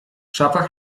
szafach